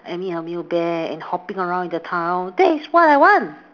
I mean a male bear and hopping around in the town that is what I want